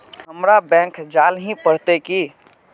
हमरा बैंक जाल ही पड़ते की?